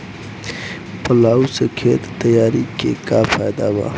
Plough से खेत तैयारी के का फायदा बा?